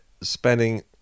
spending